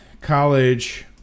College